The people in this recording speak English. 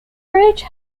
bridge